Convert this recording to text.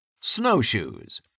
Snowshoes